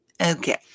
Okay